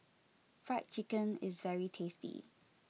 Fried Chicken is very tasty